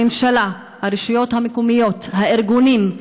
הממשלה, הרשויות המקומיות, הארגונים,